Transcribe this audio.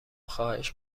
خواهش